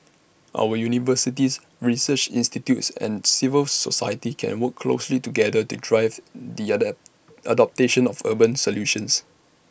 our universities research institutes and civil society can work closely together to drive the at adoption of urban solutions